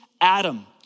Adam